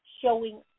showing